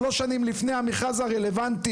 שלוש שנים לפני המכרז הרלוונטי.